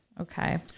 Okay